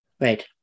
Right